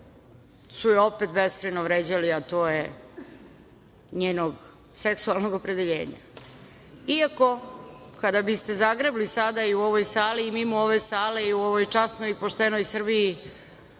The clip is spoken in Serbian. su je opet beskrajno vređali, a to je njenog seksualnog opredeljenja, iako kada biste zagrebli sada u ovoj sali i mimo ove sale i u ovoj časnoj i poštenoj Srbiji